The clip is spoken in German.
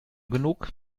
genug